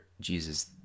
jesus